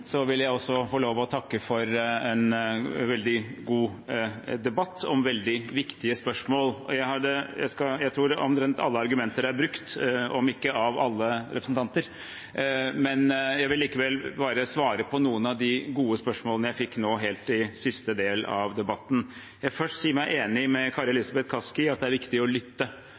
Så her kommer det oppfølginger som vi alle har felles interesse av, og jeg oppfordrer også til å vende blikket framover. Nå som debatten går mot slutten – og det tror jeg nok flere av representantene er glad for – vil jeg få lov til å takke for en veldig god debatt om veldig viktige spørsmål. Jeg tror omtrent alle argumenter er brukt, om ikke av alle representanter. Men jeg vil likevel bare svare på noen av de gode spørsmålene jeg